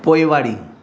पोइवारी